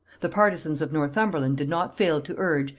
the partisans of northumberland did not fail to urge,